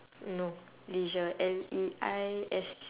no leisure L E I S